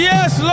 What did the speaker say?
Yes